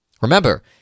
Remember